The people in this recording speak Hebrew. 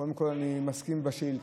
קודם כול, אני מסכים לשאילתה.